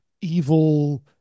evil